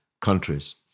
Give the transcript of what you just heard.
countries